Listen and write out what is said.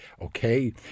okay